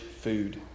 food